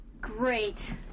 Great